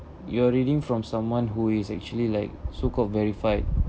you are reading from someone who is actually like so called verified